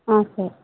ஆ சரி